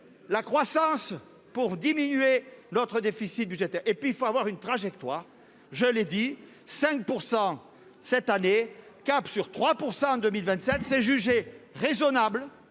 la croissance pour diminuer. L'autre déficit budgétaire et puis il faut avoir une trajectoire, je l'ai dit 5 % cette année, cap sur 3 % en 2027 faits jugés raisonnables